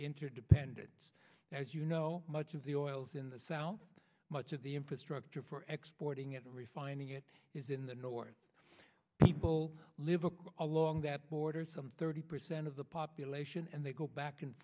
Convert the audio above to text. interdependence as you know much of the oil is in the south much of the infrastructure for export ing at the refining it is in the north people living along that border some thirty percent of the population and they go back and